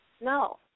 No